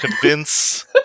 convince